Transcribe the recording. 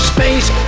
Space